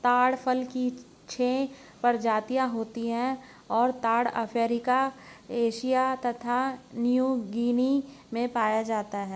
ताड़ फल की छह प्रजातियाँ होती हैं और ताड़ अफ्रीका एशिया तथा न्यूगीनी में पाया जाता है